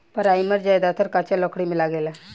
primer ज्यादातर कच्चा लकड़ी में लागेला